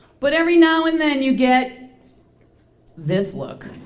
but every now and then you get this look.